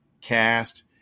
cast